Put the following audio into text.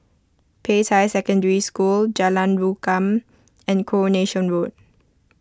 Peicai Secondary School Jalan Rukam and Coronation Road